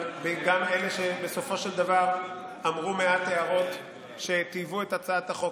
אבל גם אלה שבסופו של דבר אמרו מעט הערות שטייבו את הצעת החוק